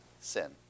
Sin